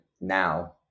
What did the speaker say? now